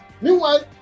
meanwhile